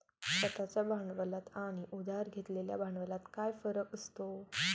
स्वतः च्या भांडवलात आणि उधार घेतलेल्या भांडवलात काय फरक असतो?